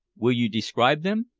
will you describe them?